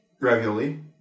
ravioli